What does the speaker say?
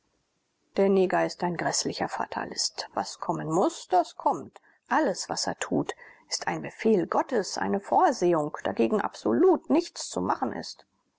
der nigger ist ein gräßlicher fatalist was kommen muß das kommt alles was er tut ist ein befehl gottes eine vorsehung dagegen absolut nichts zu machen ist